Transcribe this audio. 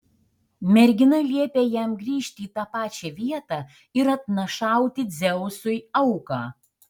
mergina liepė jam grįžti į tą pačią vietą ir atnašauti dzeusui auką